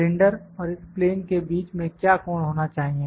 cylinder और इस plane के बीच में क्या कोण होना चाहिए